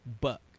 buck